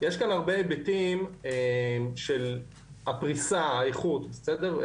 יש כאן הרבה היבטים של הפריסה, האיכות, בסדר?